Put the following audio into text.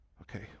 Okay